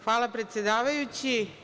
Hvala, predsedavajući.